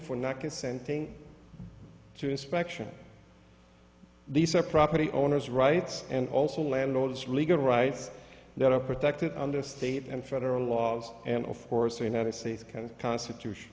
not consenting to inspection these are property owners rights and also landlords legal rights that are protected under state and federal laws and of course the united states can constitution